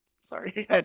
Sorry